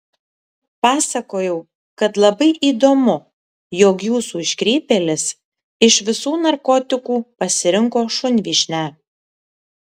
pasakojau kad labai įdomu jog jūsų iškrypėlis iš visų narkotikų pasirinko šunvyšnę